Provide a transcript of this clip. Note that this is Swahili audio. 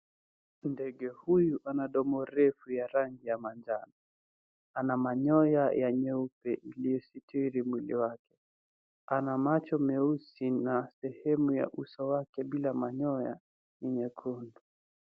Ndege huyu ana domo refu ya rangi ya manjano. Ana manyoya ya nyeupe iliyositiri mwili wake. Ana macho meusi na sehemu ya uso wake bila manyoya ni nyekundu.